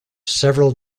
several